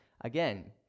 again